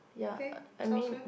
okay sounds good